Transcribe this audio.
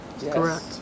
Correct